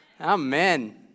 Amen